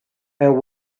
and